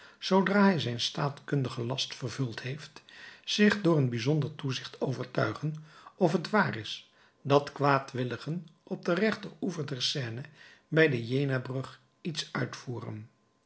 zoodra hij zijn staatkundigen last vervuld heeft zich door een bijzonder toezicht overtuigen of het waar is dat kwaadwilligen op den rechteroever der seine bij de jenabrug iets uitvoeren